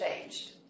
changed